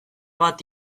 bat